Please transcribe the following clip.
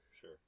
sure